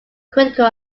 critical